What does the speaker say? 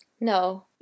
No